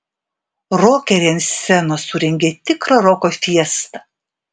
rokeriai ant scenos surengė tikrą roko fiestą